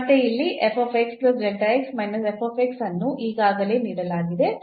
ಮತ್ತೆ ಇಲ್ಲಿ ಅನ್ನು ಈಗಾಗಲೇ ನೀಡಲಾಗಿದೆ